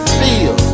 feel